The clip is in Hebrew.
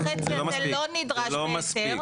ולכן זה לא נדרש בהיתר.